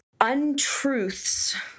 untruths